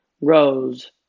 rose